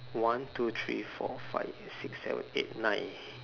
one two three four five six seven eight nine